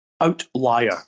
outlier